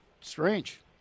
Strange